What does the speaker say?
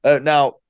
Now